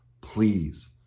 Please